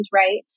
right